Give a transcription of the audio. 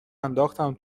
انداختم